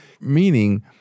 meaning